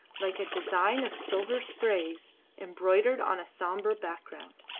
like a design of silver sprays embroidered on a sombre background.